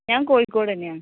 ഞാൻ കോഴിക്കോട് തന്നെയാണ്